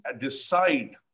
decide